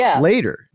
later